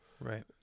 Right